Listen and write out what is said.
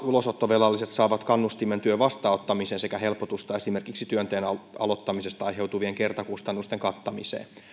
ulosottovelalliset saavat kannustimen työn vastaanottamiseen sekä helpotusta esimerkiksi työnteon aloittamisesta aiheutuvien kertakustannusten kattamiseen